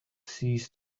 cease